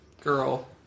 girl